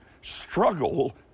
struggle